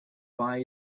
buy